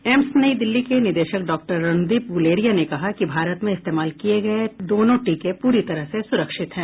AIIMS New Delhi के निदेशक doctor Randeep Guleria ने कहा कि भारत में इस्तेमाल किए गए दोनों टीके पूरी तरह से सुरक्षित हैं